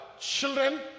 children